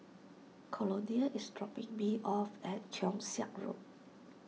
Colonel is dropping me off at Keong Saik Road